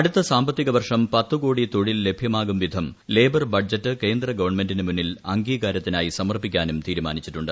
അടുത്ത സാമ്പത്തിക വർഷം പത്തു കോടി തൊഴിൽ ലഭ്യമാകും വിധം ലേബർ ബഡ്ജറ്റ് കേന്ദ്ര ഗവൺമെന്റിനു മുന്നിൽ അംഗീകാരത്തിനായി സമർപ്പിക്കാനും തീരുമാനിച്ചിട്ടുണ്ട്